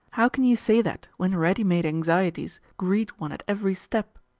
how can you say that when ready-made anxieties greet one at every step?